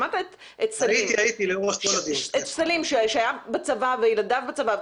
שמעת את סלים שהיה בצבא וילדיו בצבא.